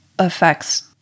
affects